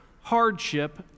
hardship